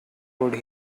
could